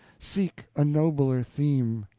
seek a nobler theme!